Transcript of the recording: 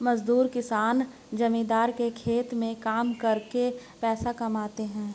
मजदूर किसान जमींदार के खेत में काम करके पैसा कमाते है